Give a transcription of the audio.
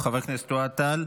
חבר כנסת אוהד טל.